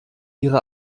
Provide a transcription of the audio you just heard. ihre